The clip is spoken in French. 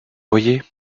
voyez